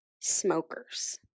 smokers